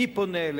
מי פונה?